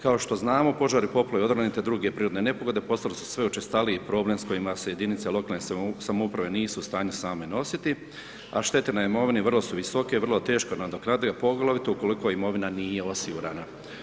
Kao što znamo, požari, poplave, odroni te druge prirodne nepogode postale su sve učestaliji problem s kojima se jedinice lokalne samouprave nisu u stanju same nositi, a štete na imovini vrlo su visoke i vrlo teško nadoknadive, poglavito ukoliko imovina nije osigurana.